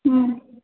हूँ